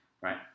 right